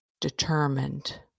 determined